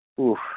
Oof